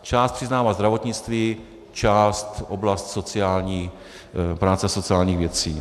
Část přiznává zdravotnictví, část oblast práce a sociálních věcí.